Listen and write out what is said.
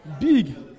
Big